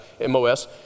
M-O-S